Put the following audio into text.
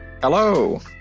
Hello